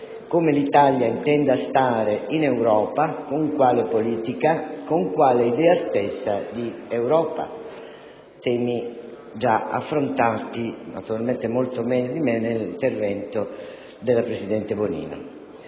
come l'Italia intenda stare in Europa, con quale politica, con quale idea stessa di Europa; temi già affrontati, naturalmente molto meglio di me, nell'intervento della presidente Bonino.